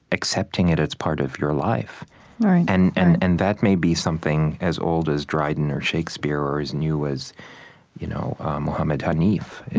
accepting it as part of your life right, right and and and that may be something as old as dryden or shakespeare or as new as you know mohammed hanif.